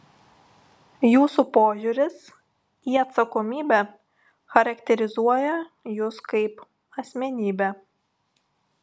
jūsų požiūris į atsakomybę charakterizuoja jus kaip asmenybę